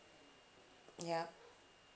ya